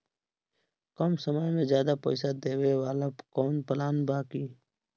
कम समय में ज्यादा पइसा देवे वाला कवनो प्लान बा की?